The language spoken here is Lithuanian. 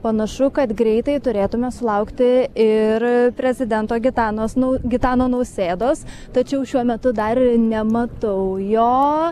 panašu kad greitai turėtume sulaukti ir prezidento gitanos nau gitano nausėdos tačiau šiuo metu dar nematau jo